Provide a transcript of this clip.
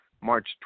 March